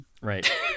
Right